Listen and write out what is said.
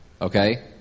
okay